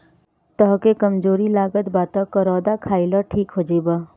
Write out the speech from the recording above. तहके कमज़ोरी लागत बा तअ करौदा खाइ लअ ठीक हो जइब